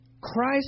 Christ